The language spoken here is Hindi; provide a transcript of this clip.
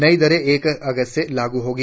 नई दरें एक अगस्त से लागू होंगी